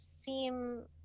seem